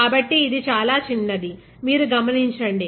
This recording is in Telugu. కాబట్టి ఇది చాలా చిన్నది మీరు గమనించండి